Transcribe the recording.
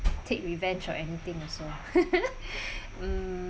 take revenge or anything also mm